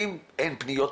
אם אין פניות,